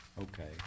okay